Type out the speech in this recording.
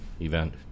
event